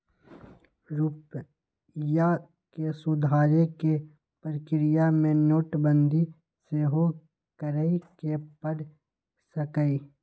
रूपइया के सुधारे कें प्रक्रिया में नोटबंदी सेहो करए के पर सकइय